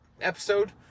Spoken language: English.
episode